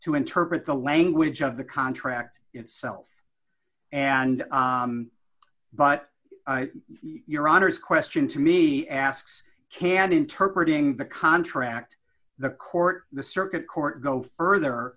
to interpret the language of the contract itself and but your honor is question to me asks can't interpret ing the contract the court the circuit court go further